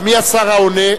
מי השר העונה?